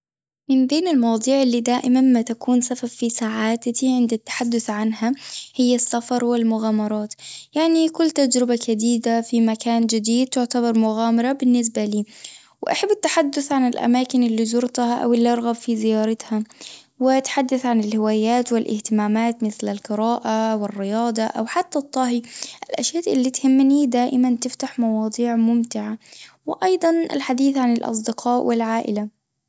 من بين المواضيع اللي دائمًا ما تكون سبب سعادتي عند التحدث عنها هي السفر والمغامرات يعني كل تجربة جديدة في مكان جديد تعتبر مغامرة بالنسبة لي، وأحب التحدث عن الأماكن اللي زرتها أو اللي أرغب في زيارتها وأتحدث عن الهوايات والاهتمامات مثل القراءة والرياضة أو حتى الطهي، الأشياء اللي تهمني دائما تفتح مواضيع ممتعة، وأيضًا الحديث عن الأصدقاء والعائلة.